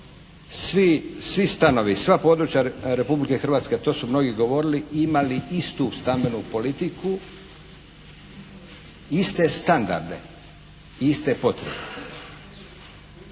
svi stanovi, sva područja Republike Hrvatske to su mnogi govorili imali istu stambenu politiku, iste standarde i iste potrebe